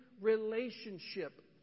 relationship